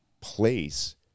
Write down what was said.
place